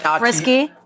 risky